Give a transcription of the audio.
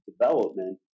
development